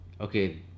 okay